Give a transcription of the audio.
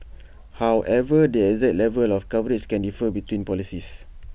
however the exact level of coverage can differ between policies